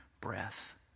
breath